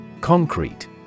Concrete